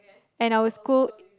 and I will scold